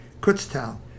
Kutztown